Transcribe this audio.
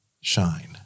shine